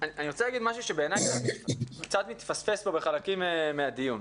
אני רוצה להגיד משהו שבעיני קצת מתפספס פה בחלקים מהדיון.